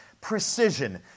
precision